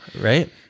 Right